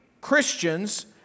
Christians